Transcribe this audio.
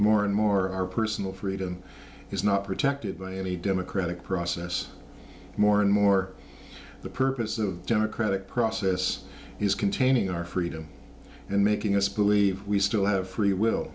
more and more our personal freedom is not protected by any democratic process more and more the purpose of democratic process is containing our freedom and making us believe we still have free will